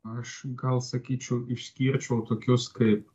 aš gal sakyčiau išskirčiau tokius kaip